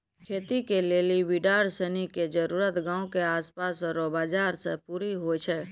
खेती के लेली खाद बिड़ार सनी के जरूरी गांव के आसपास रो बाजार से पूरी होइ जाय छै